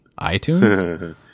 itunes